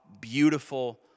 beautiful